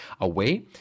away